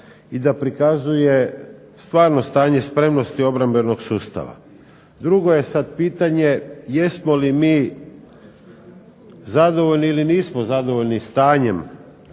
i da prikazuje stvarno stanje spremnosti obrambenog sustava. Drugo je sad pitanje jesmo li mi zadovoljni ili nismo zadovoljni stanjem